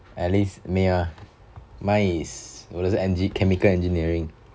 at least near mine is 我的是 engi~ chemical engineering